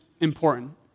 important